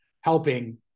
helping